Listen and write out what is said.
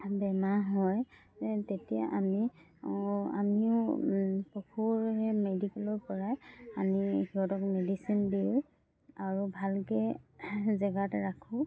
বেমাৰ হয় তেতিয়া আমি আমিও পশুৰ মেডিকেলৰ পৰাই আনি সিহঁতক মেডিচিন দিওঁ আৰু ভালকৈ জেগাত ৰাখোঁ